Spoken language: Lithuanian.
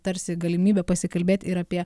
tarsi galimybę pasikalbėt ir apie